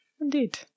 Indeed